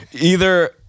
Either-